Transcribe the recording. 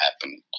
happen